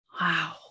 Wow